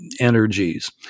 Energies